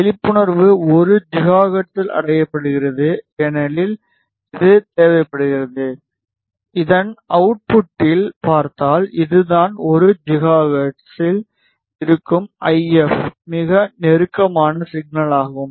விழிப்புணர்வு 1 ஜிகாஹெர்ட்ஸில் அடையப்படுகிறது ஏனெனில் இது தேவைப்படுகிறது இதன் அவுட்புட்டில் பார்த்தால் இதுதான் 1 ஜிகாஹெர்ட்ஸில் இருக்கும் ஐஎப் க்கு மிக நெருக்கமான சிக்னல் ஆகும்